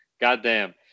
Goddamn